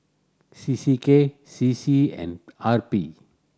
C C K C C and R P